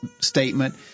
statement